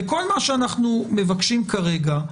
כל מה שאנחנו מבקשים כרגע,